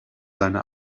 seine